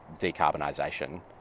decarbonisation